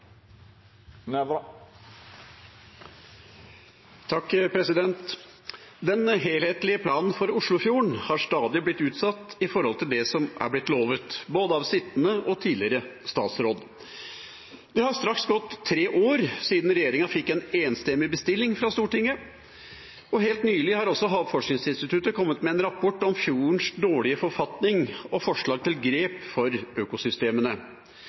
tidligere statsråd. Det har straks gått tre år siden regjeringa fikk en enstemmig bestilling fra Stortinget. Helt nylig har også Havforskningsinstituttet kommet med en rapport om fjordens dårlige forfatning og forslag til grep for økosystemene.